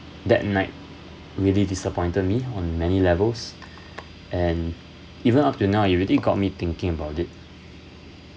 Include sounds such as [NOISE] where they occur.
that night really disappointed me on many levels [BREATH] and even up till now it already got me thinking about it